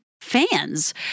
fans